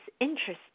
interesting